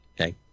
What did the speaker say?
okay